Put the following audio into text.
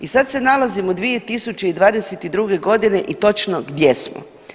I sad se nalazimo u 2022.g. i točno gdje smo?